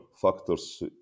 factors